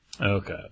Okay